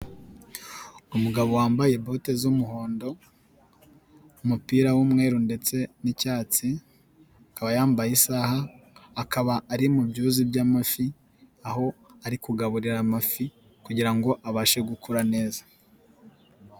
Umugabo wambaye bote z'umuhondo, umupira w'umweru ndetse n'icyatsi, akaba yambaye isaha, akaba ari mu byuzi by'amafi aho ari kugaburira amafi kugirango abashe gukura neza.